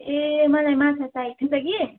ए मलाई माछा चाहिएको थियो नि त कि